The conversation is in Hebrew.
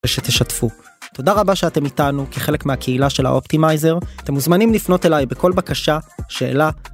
תודה רבה שאתם איתנו כחלק מהקהילה של האופטימייזר אתם מוזמנים לפנות אליי בכל בקשה שאלה.